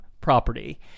property